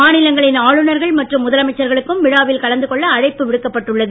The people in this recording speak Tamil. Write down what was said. மாநிலங்களின் ஆளுநர்கள் மற்றும் முதலமைச்சர்களுக்கும் விழாவில் கலந்து கொள்ள அழைப்பு விடுக்கப்பட்டு உள்ளது